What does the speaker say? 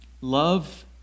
Love